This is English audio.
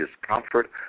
discomfort